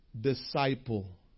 disciple